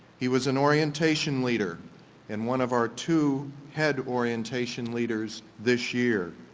he was an orientation leader in one of our two head orientation leaders this year.